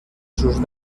sus